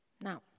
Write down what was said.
Now